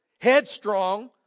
headstrong